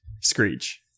Screech